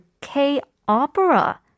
K-Opera